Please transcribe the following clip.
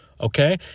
okay